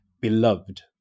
beloved